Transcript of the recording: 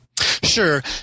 Sure